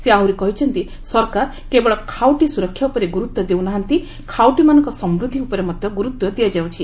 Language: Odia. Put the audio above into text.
ସେ ଆହୁରି କହିଛନ୍ତି ସରକାର କେବଳ ଖାଉଟୀ ସୁରକ୍ଷା ଉପରେ ଗୁରୁତ୍ୱ ଦେଉ ନାହାନ୍ତି ଖାଉଟୀମାନଙ୍କ ସମୃଦ୍ଧି ଉପରେ ମଧ୍ୟ ଗୁରୁତ୍ୱ ଦିଆଯାଉଛି